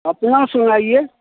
अपना सुनाइए